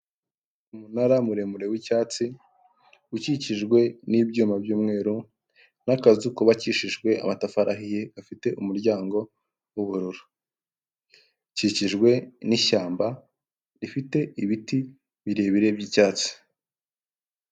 Umunara muremure w' icyatsi ukikijwe n' ibyuma by' umweru n' akazu kubabakishijwe amatafari ahiye, ufite umuryango w' ubururu. Ukikijwe n' ishyamba rifite ibiti birebire by' icyatsi.